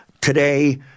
today